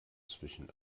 zwischen